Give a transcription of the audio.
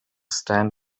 stand